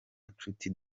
nshuti